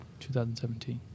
2017